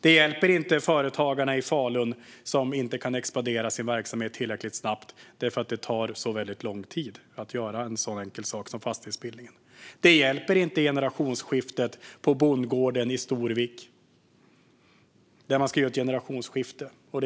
Det hjälper inte företagarna i Falun, som inte kan expandera sin verksamhet tillräckligt snabbt därför att det tar så lång tid att göra en så enkel sak som fastighetsbildning. Det hjälper inte bondgården i Storvik, där man ska göra ett generationsskifte.